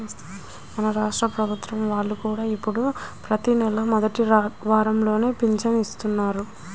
మన రాష్ట్ర ప్రభుత్వం వాళ్ళు కూడా ఇప్పుడు ప్రతి నెలా మొదటి వారంలోనే పింఛను ఇత్తన్నారు